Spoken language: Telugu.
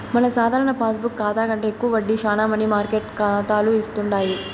మన సాధారణ పాస్బుక్ కాతా కంటే ఎక్కువ వడ్డీ శానా మనీ మార్కెట్ కాతాలు ఇస్తుండాయి